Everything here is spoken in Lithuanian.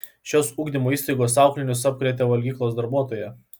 šios ugdymo įstaigos auklėtinius apkrėtė valgyklos darbuotoja